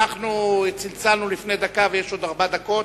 אנחנו צלצלנו לפני דקה ויש עוד ארבע דקות,